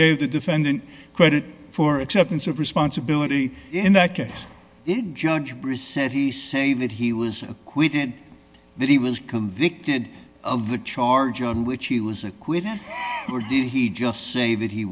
gave the defendant credit for acceptance of responsibility in that case judge priest said he say that he was acquitted that he was convicted of the charge on which he was acquitted or did he just say that he